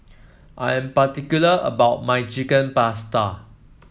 I am particular about my Chicken Pasta